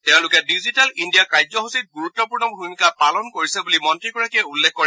তেওঁলোকে digital India কাৰ্যসূচীত ণুৰুত্বপূৰ্ণ ভূমিকা পালন কৰিছে বুলিও মন্ত্ৰীগৰাকীয়ে উল্লেখ কৰে